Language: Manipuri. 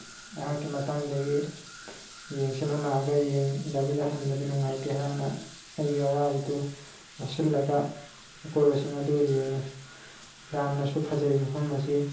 ꯑꯩꯍꯥꯛꯀꯤ ꯃꯇꯥꯡꯗꯒꯤ ꯌꯦꯡꯁꯦꯅ ꯂꯥꯛꯑꯒ ꯌꯦꯡꯗꯕꯤꯗ ꯍꯟꯕꯗꯤ ꯅꯨꯡꯉꯥꯏꯇꯦ ꯍꯥꯏꯗꯨꯅ ꯑꯩꯒꯤ ꯑꯋꯥꯕꯗꯨ ꯂꯣꯠꯁꯤꯜꯂꯒ ꯑꯀꯣꯏꯕꯁꯤꯡ ꯑꯗꯨ ꯌꯦꯡꯉꯤ ꯌꯥꯝꯅꯁꯨ ꯐꯖꯩ ꯃꯐꯝ ꯑꯁꯤ